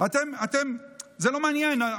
זה לא מעניין.